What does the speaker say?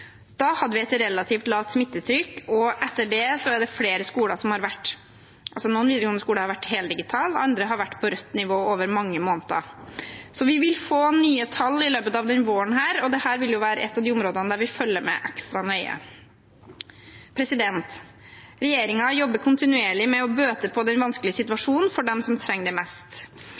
Da hadde vi et relativt lavt smittetrykk, og etter det er det noen videregående skoler som har vært heldigitale, og andre som har vært på rødt nivå over mange måneder. Vi vil få nye tall i løpet av denne våren, og dette vil være et av de områdene der vi følger med ekstra nøye. Regjeringen jobber kontinuerlig med å bøte på den vanskelige situasjonen for dem som trenger det mest.